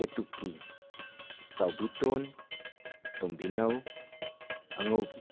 ꯀꯦꯇꯨꯀꯤ ꯆꯥꯎꯕꯤꯇꯣꯟ ꯇꯣꯝꯕꯤꯅꯧ ꯑꯉꯧꯕꯤ